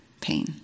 pain